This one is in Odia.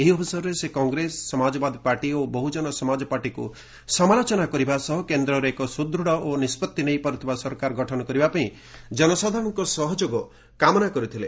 ଏହି ଅବସରରେ ସେ କଂଗ୍ରେସ ସମାଜବାଦୀ ପାର୍ଟି ଓ ବହୁଜନ ସମାଜପାର୍ଟିକୁ ସମାଲୋଚନା କରିବା ସହ କେନ୍ଦ୍ରରେ ଏକ ସୁଦୂଢ଼ ଓ ନିଷ୍ପଭି ନେଇପାର୍ଥିବା ସରକାର ଗଠନ କରିବା ପାଇଁ ଜନସାଧାରଣଙ୍କ ସହଯୋଗ କାମନା କରିଥିଲେ